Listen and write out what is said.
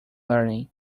learning